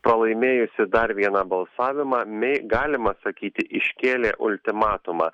pralaimėjusi dar vieną balsavimą mei galima sakyti iškėlė ultimatumą